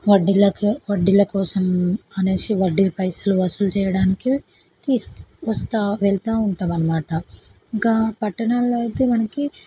వడ్డీలకి వడ్డీలకోసం అనేసి వడ్డీలు పైసలు వసూలు చేయడానికి తీసి వస్తాను వెళుతూ ఉంటామన్నమాట ఇంకా పట్టణాల్లో అయితే మనకి